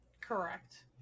Correct